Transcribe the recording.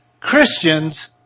Christians